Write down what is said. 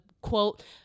quote